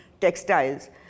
textiles